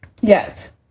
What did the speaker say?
Yes